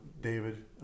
David